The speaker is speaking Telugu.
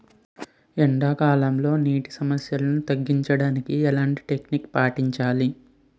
ఎండా కాలంలో, నీటి సమస్యలను తగ్గించడానికి ఎలాంటి టెక్నిక్ పాటించాలి?